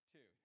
Two